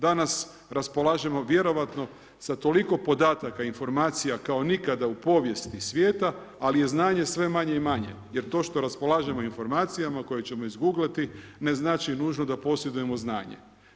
Danas raspolažemo vjerovatno sa toliko podataka i informacija kao nikada u povijesti svijeta, ali je znanje sve manje i manje jer to što raspolažemo informacijama koje ćemo izguglati ne znači nužno da posjedujemo znanje.